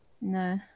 No